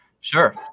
Sure